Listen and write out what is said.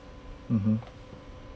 mmhmm